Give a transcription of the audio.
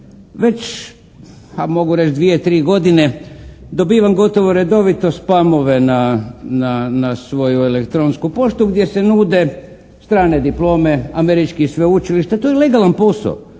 već ha mogu reći dvije, tri godine dobivam gotovo redovito spamove na svoju elektronsku poštu gdje se nude strane diplome američkih sveučilišta. To je legalan posao.